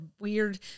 weird